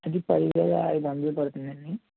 అది పది వేల ఐదు వందలు పడుతుందండి